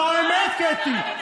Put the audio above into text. זו האמת, קטי.